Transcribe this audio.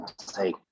say